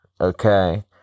okay